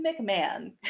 McMahon